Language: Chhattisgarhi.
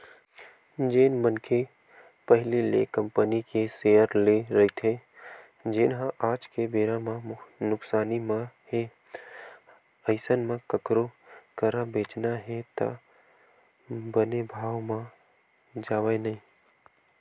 जेन मनखे पहिली ले कंपनी के सेयर लेए रहिथे जेनहा आज के बेरा म नुकसानी म हे अइसन म कखरो करा बेंचना हे त बने भाव म जावय नइ